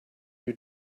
who